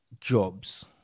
jobs